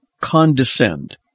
condescend